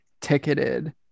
ticketed